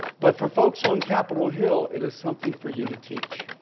but for folks on capitol hill, it is something for you to teach.